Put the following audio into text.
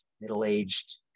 middle-aged